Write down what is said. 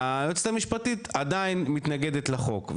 היועצת המשפטית עדיין מתנגדת לחוק,